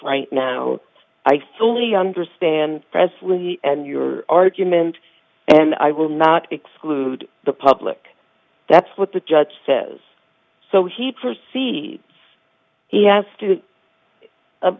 now i fully understand presently and your argument and i will not exclude the public that's what the judge says so he for see he has to